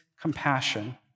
compassion